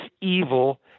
evil